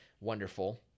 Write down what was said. wonderful